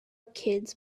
kids